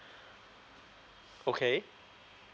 okay